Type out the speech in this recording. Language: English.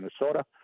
Minnesota